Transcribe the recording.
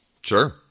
Sure